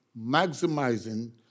Maximizing